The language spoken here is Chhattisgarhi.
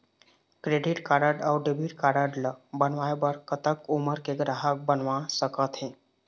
क्रेडिट कारड अऊ डेबिट कारड ला बनवाए बर कतक उमर के ग्राहक बनवा सका थे?